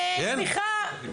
אחלה.